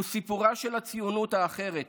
הם סיפוריה של הציונות האחרת